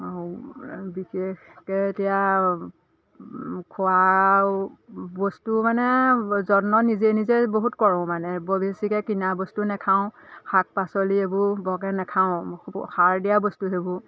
বিশেষকৈ এতিয়া খোৱা বস্তু মানে যত্ন নিজে নিজে বহুত কৰোঁ মানে বৰ বেছিকৈ কিনা বস্তু নাখাওঁ শাক পাচলি এইবোৰ বৰকৈ নাখাওঁ সাৰ দিয়া বস্তু সেইবোৰ